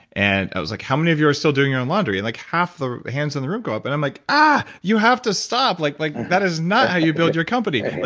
and i was like, how many of you are still doing your own laundry? and like half the hands in the room go up and i'm like, ah! you have to stop. like like that is not how you build your company.